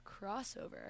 crossover